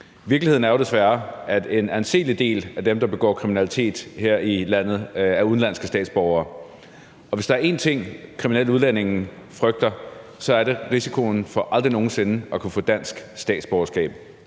Virkeligheden er jo desværre, at en anselig del af dem, der begår kriminalitet her i landet, er udenlandske statsborgere. Hvis der er en ting, som kriminelle udlændinge frygter, er det risikoen for aldrig nogen sinde at kunne få dansk statsborgerskab.